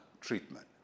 treatment